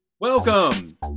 Welcome